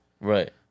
Right